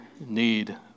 need